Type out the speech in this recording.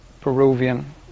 Peruvian